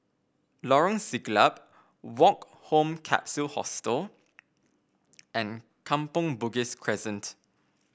Lorong Siglap Woke Home Capsule Hostel and Kampong Bugis Crescent